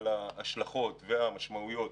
על ההשלכות והמשמעויות,